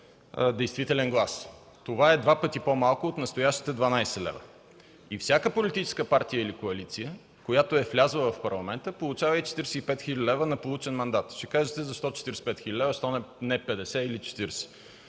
действителен глас. Това е два пъти по-малко от настоящите 12 лв. Всяка политическа партия или коалиция, която е влязла в Парламента, получава 45 хил. лв. на получен мандат. Ще кажете – защо 45 хил. лв., а не 50 хил. или 40